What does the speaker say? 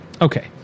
okay